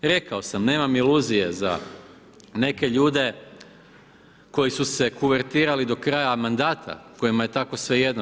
Rekao sam, nemam iluzije za neke ljude koji su se kuvertirali do kraja mandata, kojima je tako svejedno.